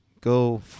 go